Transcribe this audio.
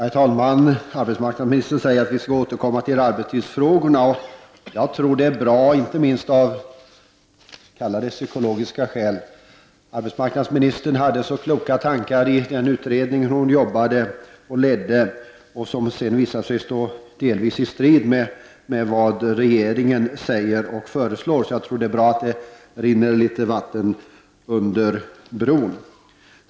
Herr talman! Arbetsmarknadsministern säger att vi skall återkomma till arbetstidsfrågorna. Jag tror att detta är bra inte minst av psykologiska skäl. Arbetsmarknadsministern hade så kloka tankar i den utredning hon ledde, men dessa visade sig sedan delvis stå i strid med vad regeringen kom att föreslå. Jag tror därför att det är bra att det rinner litet vatten under broarna.